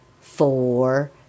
four